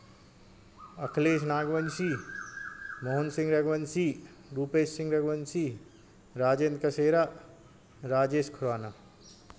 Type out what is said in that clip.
Akhilesh Nagvanshi Mohan Singh Raghuvanshi Rupesh Singh Raghuvanshi Rajendra Kasera Rajesh Khurana